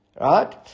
Right